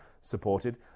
supported